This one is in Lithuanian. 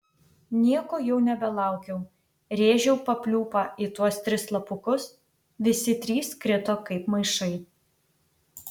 nieko jau nebelaukiau rėžiau papliūpą į tuos tris slapukus visi trys krito kaip maišai